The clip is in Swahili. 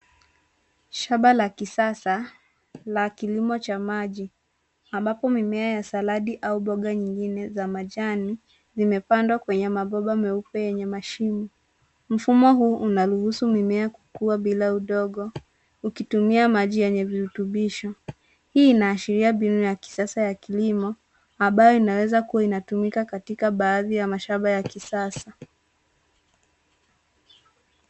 Shamba la kisasa la kilimo cha maji ambapo mimea kama saladi au mboga nyingine za majni zimepandwa kwenye maboba ya meupa yenye mashimo. Mfumo huu unaruhusu mimea kukua bila udongo kwa ukitumia maji yenye virutubisho. Hii inaashiria mbinu ya kisasa ya kilimo ambayo inaweza kuwa inatumika katika baadhi ya mashamba ya kisasa.